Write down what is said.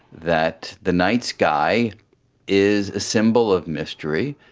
that the night sky is a symbol of mystery,